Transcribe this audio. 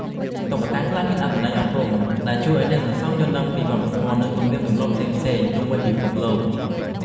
តុក្កតាខ្លះមានអត្ថន័យអប់រំដែលជួយឱ្យអ្នកសន្សំយល់ដឹងពី វប្បធម៌ និងទំនៀមទម្លាប់ផ្សេងៗជុំវិញពិភពលោក។